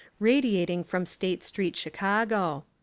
radiating from state st, chicago.